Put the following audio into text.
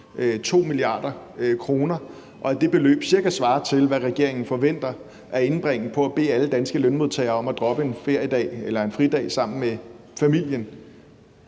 2 mia. kr., og at det beløb cirka svarer til, hvad regeringen forventer at indbringe på at bede alle danske lønmodtagere om at droppe en fridag sammen med familien,